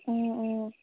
অঁ অঁ